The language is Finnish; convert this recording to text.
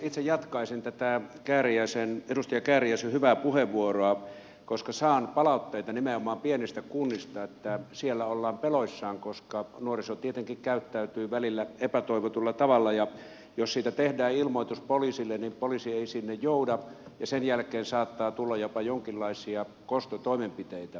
itse jatkaisin tätä edustaja kääriäisen hyvää puheenvuoroa koska saan palautteita nimenomaan pienistä kunnista että siellä ollaan peloissaan koska nuoriso tietenkin käyttäytyy välillä epätoivotulla tavalla ja jos siitä tehdään ilmoitus poliisille niin poliisi ei sinne jouda ja sen jälkeen saattaa tulla jopa jonkinlaisia kostotoimenpiteitä